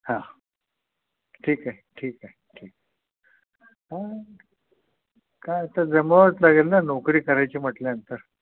हां ठीक आहे ठीक आहे ठीक आहे हां काय आता जमवावंच लागेल ना नोकरी करायची म्हटल्यानंतर